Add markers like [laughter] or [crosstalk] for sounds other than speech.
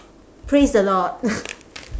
praise the lord [noise]